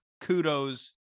kudos